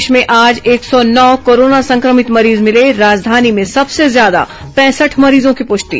प्रदेश में आज एक सौ नौ कोरोना संक्रमित मरीज मिले राजधानी में सबसे ज्यादा पैंसठ मरीजों की पुष्टि